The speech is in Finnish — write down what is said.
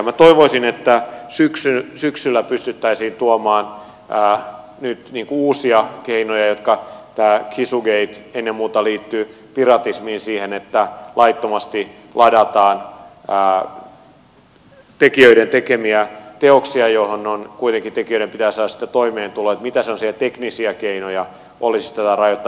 minä toivoisin että syksyllä pystyttäisiin tuomaan uusia keinoja siihen mihin tämä chisugate ennen muuta liittyy piratismiin siihen että laittomasti ladataan tekijöiden tekemiä teoksia joista tekijöiden kuitenkin pitää saada toimeentulo että mitä sellaisia teknisiä keinoja olisi tätä rajoittaa